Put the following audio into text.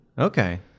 Okay